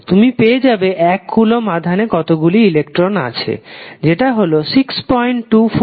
তুমি পেয়ে যাবে 1 কুলম্ব আধানে কতগুলি ইলেকট্রন আছে যেটা হল 6241018